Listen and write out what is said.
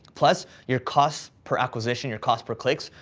plus your cost per acquisition, your cost per clicks,